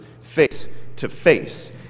face-to-face